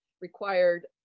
required